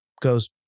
goes